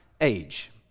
age